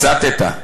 הסתת.